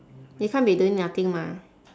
they can't be doing nothing mah